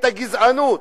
את הגזענות.